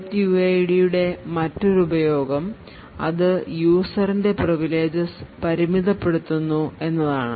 setuidൻറെ മറ്റൊരു ഉപയോഗം അത് userൻറെ പ്രിവിലേജസ് പരിമിതപ്പെടുത്തുന്നു എന്നതാണ്